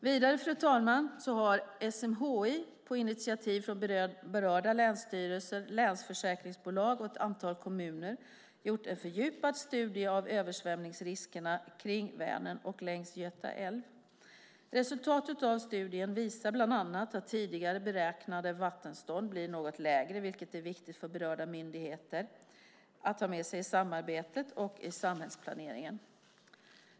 Vidare har SMHI på initiativ från berörda länsstyrelser, länsförsäkringsbolag och ett antal kommuner gjort en fördjupad studie av översvämningsriskerna kring Vänern och längs Göta älv. Resultatet av studien visar bland annat att tidigare beräknade vattenstånd blir något lägre, vilket är viktigt för berörda myndigheter att ha med sig i samarbetet och i samhällsplaneringen.